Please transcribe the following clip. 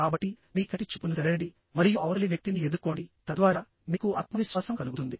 కాబట్టి మీ కంటి చూపును తిరగండి మరియు అవతలి వ్యక్తిని ఎదుర్కోండి తద్వారా మీకు ఆత్మవిశ్వాసం కలుగుతుంది